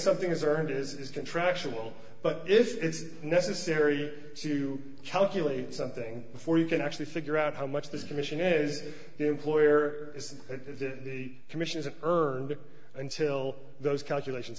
something is earned is contractual but if it's necessary to calculate something before you can actually figure out how much this commission is the employer is commissions and earned until those calculations